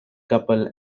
couple